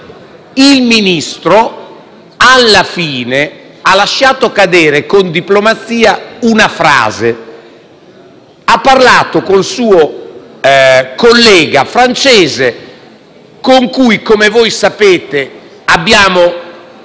Il Ministro, alla fine, ha lasciato cadere con diplomazia una frase: ha parlato con il suo collega francese, con cui, come voi sapete, abbiamo